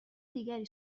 دیگری